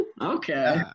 okay